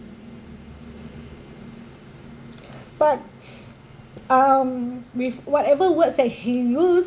but um with whatever words that he use